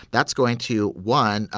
that's going to one,